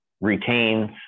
retains